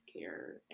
care